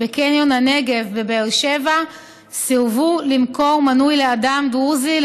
בקניון הנגב בבאר שבע סירבו למכור מנוי לאדם דרוזי,